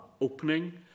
opening